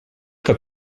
que